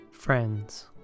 Friends